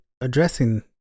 addressing